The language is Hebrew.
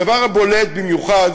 הדבר הבולט במיוחד